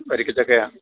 വരിക്ക ചക്കയാണ്